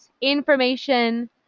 Information